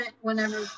whenever